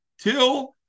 till